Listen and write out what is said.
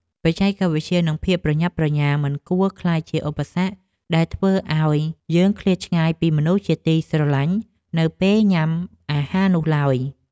បច្ចេកវិទ្យានិងភាពប្រញាប់ប្រញាល់មិនគួរក្លាយជាឧបសគ្គដែលធ្វើឲ្យយើងឃ្លាតឆ្ងាយពីមនុស្សជាទីស្រលាញ់នៅពេលញ៉ាំអាហារនោះឡើយ។